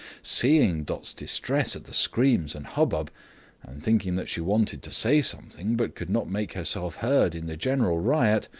seeing dot's distress at the screams and hubbub, and thinking that she wanted to say something, but could not make herself heard in the general riot,